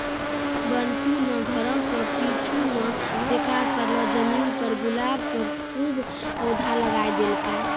बंटू नॅ घरो के पीछूं मॅ बेकार पड़लो जमीन पर गुलाब के खूब पौधा लगाय देलकै